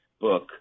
book